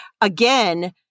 again